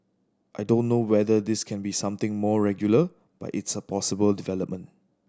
I don't know whether this can be something more regular but it's a possible development